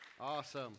Awesome